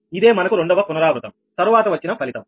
ఇదే మనకు రెండవ పునరావృతం తరువాత వచ్చిన ఫలితం